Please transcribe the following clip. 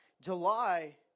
July